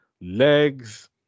legs